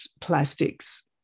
plastics